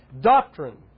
doctrine